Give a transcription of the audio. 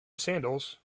sandals